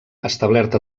establert